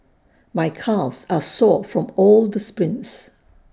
my calves are sore from all the sprints